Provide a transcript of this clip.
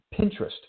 Pinterest